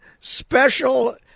Special